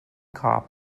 cop